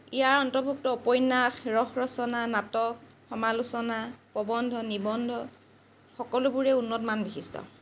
ইয়াৰ অন্তৰ্ভুক্ত উপন্যাস ৰস ৰচনা নাটক সমালোচনা প্ৰৱন্ধ নিবন্ধ সকলোবোৰেই উন্নতমান বিশিষ্ট